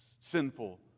sinful